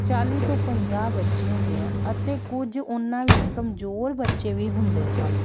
ਚਾਲੀ ਤੋਂ ਪੰਜਾਹ ਬੱਚੇ ਹੁੰਦੇ ਹਨ ਅਤੇ ਕੁਝ ਉਹਨਾਂ ਵਿੱਚ ਕਮਜ਼ੋਰ ਬੱਚੇ ਵੀ ਹੁੰਦੇ ਹਨ